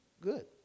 Good